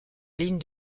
ligne